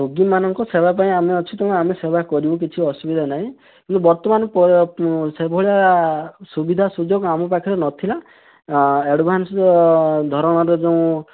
ରୋଗୀମାନଙ୍କ ସେବାପାଇଁ ଆମେ ଅଛୁ ତେଣୁ ଆମେ ସେବା କରିବୁ କିଛି ଅସୁବିଧା ନାହିଁ କିନ୍ତୁ ବର୍ତ୍ତମାନ ସେଭଳିଆ ସୁବିଧା ସୁଯୋଗ ଆମ ପାଖରେ ନଥିଲା ଆ ଏଡ଼ଭାନ୍ସ ଦରମାର ଯେଉଁ